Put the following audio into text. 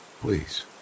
please